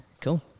cool